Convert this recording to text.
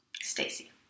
Stacy